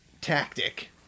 tactic